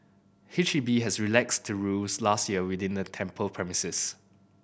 H E B has relaxed the rules last year within the temple premises